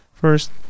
First